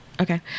Okay